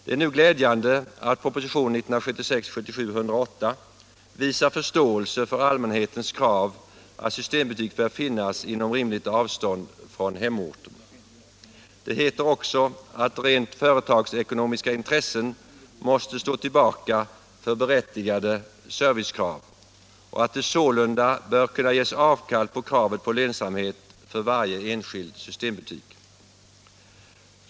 Det är nu glädjande att proposition 1976/77:108 visar förståelse för allmänhetens krav att systembutik skall finnas inom rimligt avstånd från hemorten. Det heter också att rent företagsekonomiska intressen måste stå tillbaka för berättigade servicekrav och att det sålunda bör kunna ges avkall på kravet på lönsamhet för varje enskild systembutik.